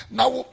Now